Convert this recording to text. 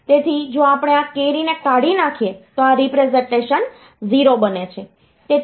તેથી જો આપણે આ કેરી ને કાઢી નાખીએ તો આ રીપ્રેસનટેશન 0 બને છે